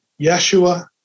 Yeshua